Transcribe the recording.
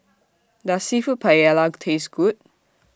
Does Seafood Paella Taste Good